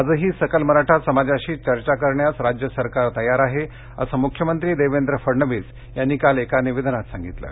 आजही सकल मराठा समाजाशी चर्चा करण्यास राज्य सरकार तयार आहे वसे मुख्यमंत्री देवेंद्र फडणवीस यांनी एका निवेदनात म्हटले आहे